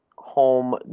home